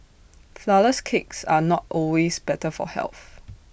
Flourless Cakes are not always better for health